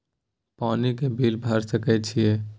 पानी के बिल भर सके छियै?